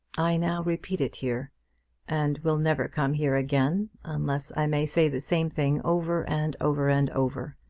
i now repeat it here and will never come here again unless i may say the same thing over and over and over.